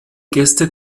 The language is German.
gäste